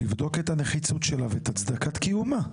לבדוק את הנחיצות שלה ואת הצדקת קיומה.